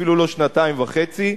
אפילו לא בשנתיים וחצי,